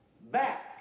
back